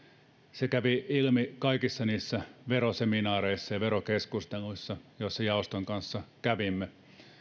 se kävi ilmi kaikissa niissä veroseminaareissa ja verokeskusteluissa joissa jaoston kanssa kävimme